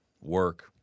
work